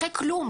אחרי כלום.